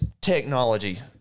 technology